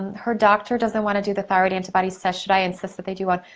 her doctor doesn't want to do the thyroid antibodies, so should i insist that they do one?